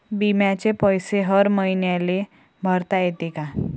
बिम्याचे पैसे हर मईन्याले भरता येते का?